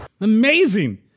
Amazing